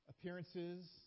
appearances